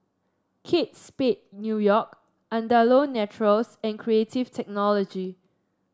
Kate Spade New York Andalou Naturals and Creative Technology